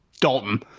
Dalton